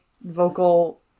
vocal